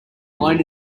alone